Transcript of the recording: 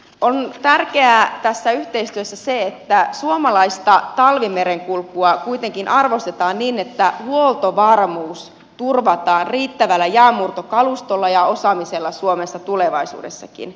on tärkeää tässä yhteistyössä se että suomalaista talvimerenkulkua kuitenkin arvostetaan niin että huoltovarmuus turvataan riittävällä jäänmurtokalustolla ja osaamisella suomessa tulevaisuudessakin